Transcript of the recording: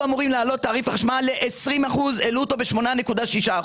העלו אותו ב-8.6%.